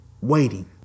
waiting